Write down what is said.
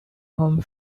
home